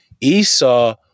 Esau